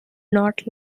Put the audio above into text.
not